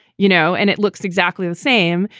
you know, and it looks exactly the same.